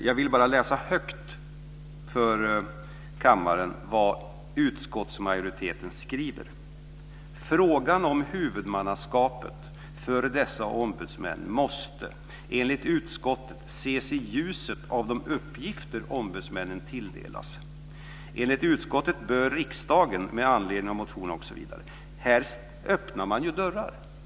Jag vill läsa högt för kammaren vad utskottsmajoriteten skriver: "Frågan om huvudmannaskapet för dessa ombudsmän måste, enligt utskottet, ses i ljuset av de uppgifter ombudsmännen tilldelas. Enligt utskottet bör riksdagen, med anledning av motionerna -."